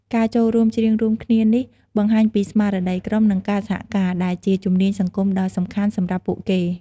ការចូលរួមច្រៀងរួមគ្នានេះបង្ហាញពីស្មារតីក្រុម និងការសហការ ដែលជាជំនាញសង្គមដ៏សំខាន់សម្រាប់ពួកគេ។